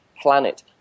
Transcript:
planet